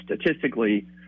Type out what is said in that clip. statistically